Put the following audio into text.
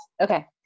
Okay